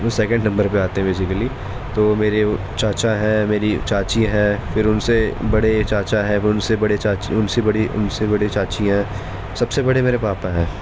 وہ second number پہ آتے ہیں بیسیکلی تو میرے چاچا ہیں میری چاچی ہیں پھر ان سے بڑے چاچا ہیں ان سے بڑے چاچا ان سے ان سے بڑی چاچی ہیں سب سے بڑے میرے پاپا ہیں